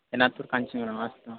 एनातुर् काञ्चिपुरम् अस्तु